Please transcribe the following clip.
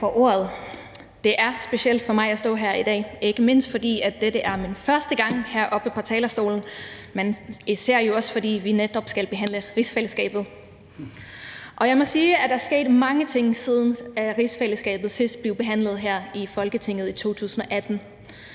Det er specielt for mig at stå her i dag, ikke mindst fordi dette er min første gang heroppe på talerstolen, men især jo også fordi vi netop skal behandle rigsfællesskabet. Og jeg må sige, at der er sket mange ting, siden rigsfællesskabet sidst blev behandlet her i Folketinget, i 2018,